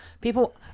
people